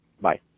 Bye